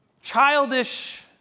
childish